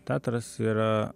teatras yra